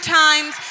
times